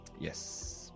Yes